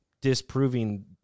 disproving